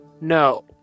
No